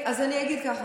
זה לא מושלם.